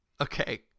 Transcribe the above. Okay